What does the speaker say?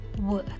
work